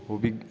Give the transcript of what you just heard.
ओह् बी